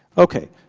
ok,